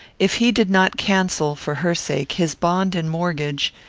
if he did not cancel, for her sake, his bond and mortgage,